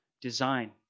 design